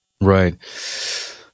Right